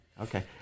okay